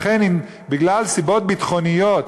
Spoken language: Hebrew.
לכן, בגלל סיבות ביטחוניות